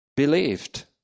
Believed